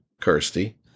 Kirsty